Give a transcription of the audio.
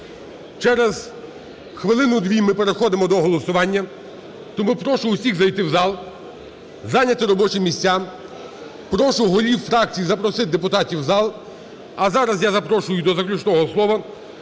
Через хвилину-дві ми переходимо до голосування, тому прошу усіх зайти в зал, зайняти робочі місця. Прошу голів фракцій запросити депутатів в зал. А зараз я запрошую до заключного слова